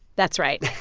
that's right